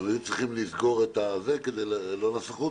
הם היו צריכים לסגור לא נסחות,